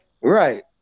Right